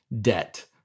debt